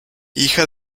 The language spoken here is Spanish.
hija